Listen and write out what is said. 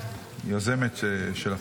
היוזמת של החוק,